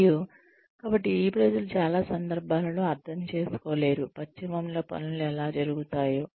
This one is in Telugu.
మరియు కాబట్టి ఈ ప్రజలు చాలా సందర్భాలలో అర్థం చేసుకోలేరు పశ్చిమంలో పనులు ఎలా జరుగుతాయో